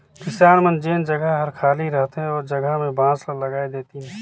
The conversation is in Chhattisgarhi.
किसान मन जेन जघा हर खाली रहथे ओ जघा में बांस ल लगाय देतिन